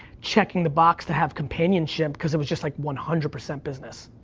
checking the box to have companionship, cause it was just like one hundred percent business,